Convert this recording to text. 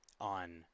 on